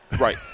Right